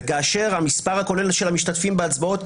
וכאשר המספר הכולל של המשתתפים בהצבעות,